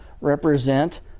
represent